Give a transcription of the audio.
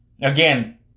Again